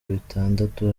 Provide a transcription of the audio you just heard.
bitandatu